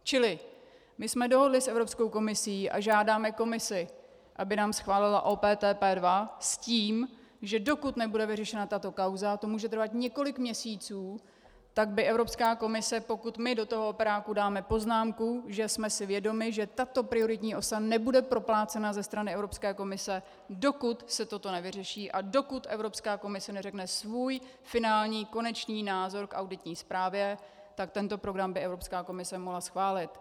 Čili my jsme dohodli s Evropskou komisí a žádáme komisi, aby nám schválila OPTP 2 s tím, že dokud nebude vyřešena tato kauza, to může trvat několik měsíců, tak by Evropská komise, pokud my do operáku dáme poznámku, že jsme si vědomi, že tato prioritní osa nebude proplácena ze strany Evropské komise, dokud se toto nevyřeší a dokud Evropská komise neřekne svůj finální konečný názor k auditní zprávě, tak tento program by Evropská komise mohla schválit.